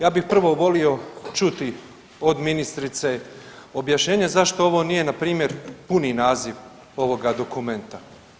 Ja bi prvo volio čuti od ministrice objašnjenje zašto ovo nije npr. puni naziv ovoga dokumenta.